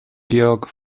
georg